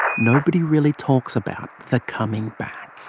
nobody really talks about the coming back.